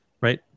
right